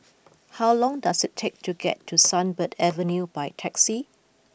how long does it take to get to Sunbird Avenue by taxi